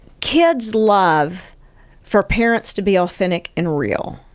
kids love for parents to be authentic and real.